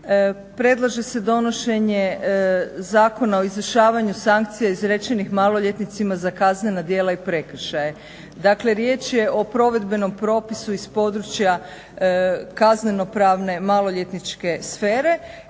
Predlaže se donošenje Zakona o izvršavanju sankcija izrečenih maloljetnicima za kaznena djela i prekršaje. Dakle, riječ je o provedbenom propisu iz područja kazneno-pravne maloljetničke sfere.